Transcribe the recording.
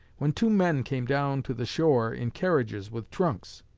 when two men came down to the shore in carriages with trunks.